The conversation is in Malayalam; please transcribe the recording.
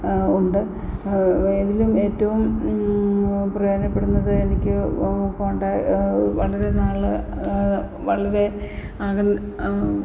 ഉണ്ട് ഏതിലും ഏറ്റവും പ്രയോജനപ്പെടുന്നത് എനിക്ക് വളരെ നാള് വളരെ അകന്ന്